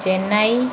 Chennai